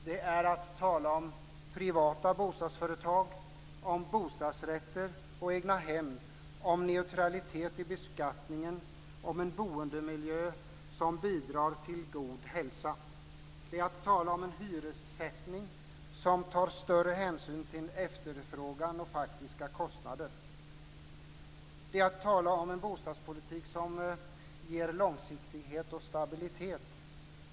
Det är att tala om privata bostadsföretag, om bostadsrätter och egnahem, om neutralitet i beskattningen, om en boendemiljö som bidrar till god hälsa. Det är att tala om en hyressättning som tar större hänsyn till efterfrågan och faktiska kostnader. Det är att tala om en bostadspolitik som ger långsiktighet och stabilitet.